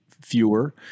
fewer